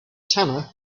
tanner